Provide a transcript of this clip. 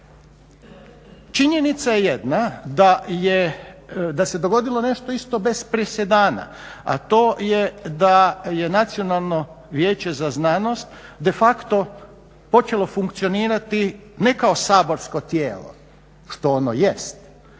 Činjenica je jedna da se dogodilo nešto isto bez presedana a to je da je Nacionalno vijeće za znanost de facto počelo funkcionirati ne kao saborsko tijelo što ono jest